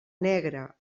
negra